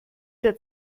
der